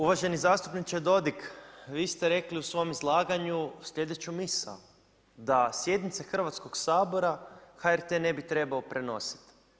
Uvaženi zastupniče Dodig vi ste rekli u svom izlaganju sljedeću misao, da sjednice Hrvatskoga sabora HRT-e ne bi trebao prenositi.